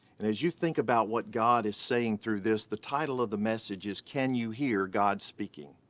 and as you think about what god is saying through this, the title of the message is can you hear god speaking?